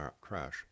crash